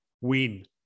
win